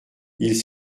ils